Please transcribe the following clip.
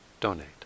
donate